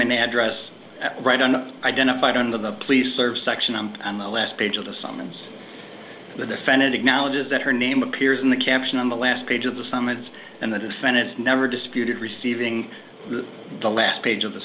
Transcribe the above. and address right on identified under the police service section on the last page of the summons the defendant acknowledges that her name appears in the camps and on the last page of the summons and the defendant never disputed receiving the last page of the